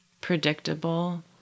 predictable